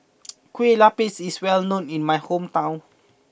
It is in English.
Kueh Lapis is well known in my hometown